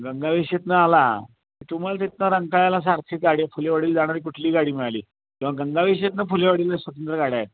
गंगावेशीतून आला तर तुम्हाला तिथून रंगाळ्याला सारखी गाडी फुलेवाडीला जाणारी कुठलीही गाडी मिळाली किंवा गंगावेशीतून फुलेवाडीला स्वतंत्र गाड्या आहेत